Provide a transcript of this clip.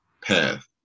path